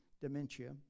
dementia